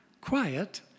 Quiet